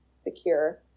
secure